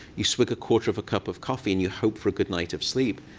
you swig a quarter of a cup of coffee, and you hope for a good night of sleep.